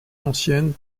ancienne